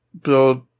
build